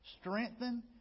strengthen